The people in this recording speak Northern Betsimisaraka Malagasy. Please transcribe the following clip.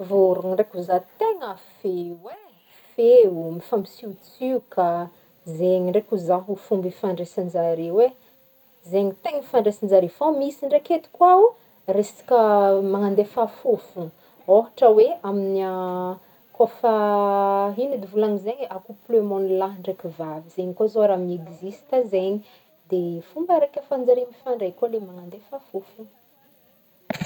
Vorogny ndraiky hoy zaho tegna feo e, feo miampisiotsioka zegny ndraiky hoy zaho ny fomba ifandraisanjare hoe zay no tegna hifandraisanjare, misy ndraiky edy koa ho, resaky mandefa fofogny, ohatra hoe amin'ny kaofa inona edy raha hivolaniko an'izegny, accouplement ny lahy ndraiky vavy, zegny koa zao raha mi-existe zegny, fomba raiky ahafahanjare mifandray koa le mifandefa fofogny.